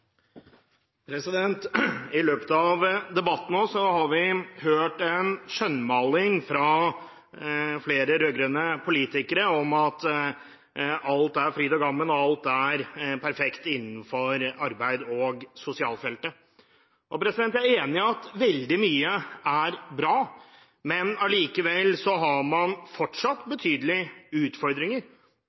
I løpet av debatten nå har vi hørt en skjønnmaling fra flere rød-grønne politikere om at alt er fryd og gammen og perfekt innenfor arbeids- og sosialfeltet. Jeg er enig i at veldig mye er bra, men allikevel har man fortsatt betydelige utfordringer.